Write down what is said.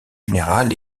général